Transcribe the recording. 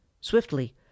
Swiftly